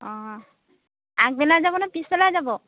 অঁ আগবেলাই যাব ন পিছবেলা যাব